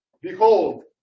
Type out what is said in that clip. behold